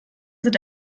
sind